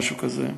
משהו כזה.